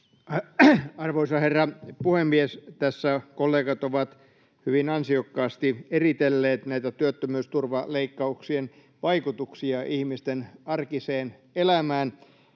Arvoisa herra puhemies! Tässä kollegat ovat hyvin ansiokkaasti eritelleet näitä työttömyysturvaleikkauksien vaikutuksia ihmisten arkiseen elämään.